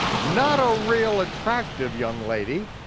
not a real attractive young lady,